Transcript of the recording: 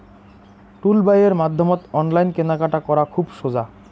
টুলবাইয়ের মাধ্যমত অনলাইন কেনাকাটা করা খুব সোজা